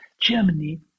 Germany